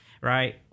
right